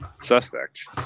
suspect